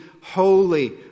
holy